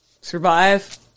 survive